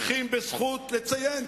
בזכות לציין,